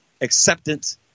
acceptance